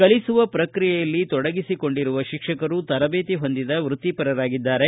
ಕಲಿಸುವ ಪ್ರಕ್ರಿಯೆಯಲ್ಲಿ ತೊಡಗಿಸಿಕೊಂಡಿರುವ ಶಿಕ್ಷಕರು ತರಬೇತಿ ಹೊಂದಿದ ವೃತ್ತಿಪರರಾಗಿದ್ದಾರೆ